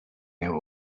never